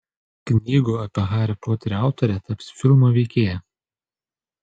knygų apie harį poterį autorė taps filmo veikėja